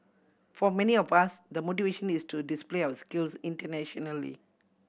for many of us the motivation is to display our skills internationally